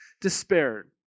despaired